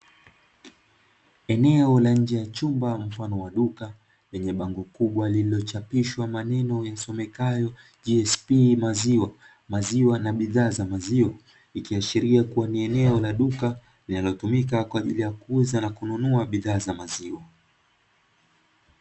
Eneo la nje mfano wa duka lenye bango kubwa lililochapishwa maneno yasomekayo ¨GSP maziwa¨ na bidhaa za maziwa, ikiashiria ni eneo la duka linalotumika kwa ajili ya kuuza na kununua bidhaa za maziwa.